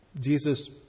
Jesus